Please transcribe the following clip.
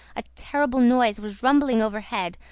a terrible noise was rumbling overhead,